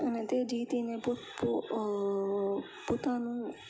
અને તેથી તેને પોતાનું